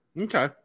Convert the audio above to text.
okay